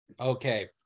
Okay